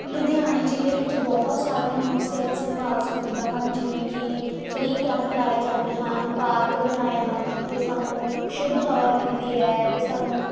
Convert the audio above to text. ਲੁਧਿਆਣੇ ਜ਼ਿਲ੍ਹੇ ਵਿੱਚ ਬਹੁਤ ਸਾਰੀਆਂ ਮੁਖ ਸਿਹਤ ਸੰਭਾਲ ਸਹੂਲਤਾਂ ਹਨ ਜਿਵੇਂ ਕਿ ਫਰੀ ਕੈਂਪ ਲਾਏ ਜਾਂਦੇ ਹਨ ਪਾਰਕ ਬਣਾਏ ਹਨ ਜਿੱਥੇ ਸਾਨੂੰ ਸ਼ੁੱਧ ਹਵਾ ਮਿਲਦੀ ਹੈ ਅਤੇ ਸਾਨੂੰ